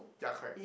ya correct